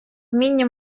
вміння